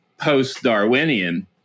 post-darwinian